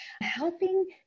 helping